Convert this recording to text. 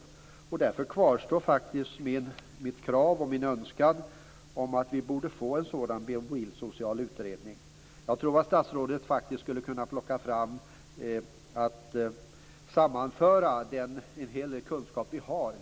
Med anledning av detta kvarstår faktiskt mitt krav och min önskan om att vi borde få en sådan här bilsocial utredning. Jag tror att statsrådet faktiskt skulle kunna ta fram ett sätt att sammanföra den kunskap vi har, och det är en hel del.